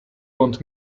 want